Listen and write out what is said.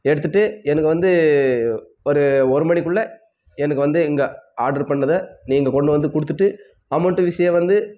எடுத்துகிட்டு எனக்கு வந்து ஒரு ஒருமணிக்குள்ள எனக்கு வந்து இங்கே ஆர்ட்ரு பண்ணதை நீங்கள் கொண்டுவந்து கொடுத்துட்டு அமௌண்ட்டு விஷயம் வந்து